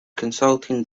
consulting